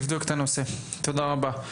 נבדוק את הנושא, תודה רבה.